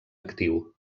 actiu